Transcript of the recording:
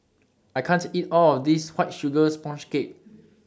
I can't eat All of This White Sugar Sponge Cake